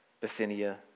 Bithynia